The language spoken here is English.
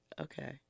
okay